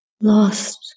lost